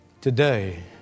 Today